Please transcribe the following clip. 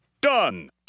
Done